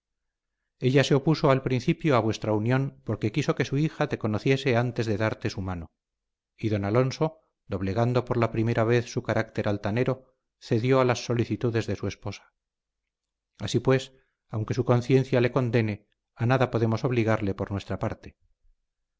ella se opuso al principio a vuestra unión porque quiso que su hija te conociese antes de darte su mano y don alonso doblegando por la primera vez su carácter altanero cedió a las solicitudes de su esposa así pues aunque su conciencia le condene a nada podemos obligarle por nuestra parte